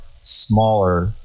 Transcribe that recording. smaller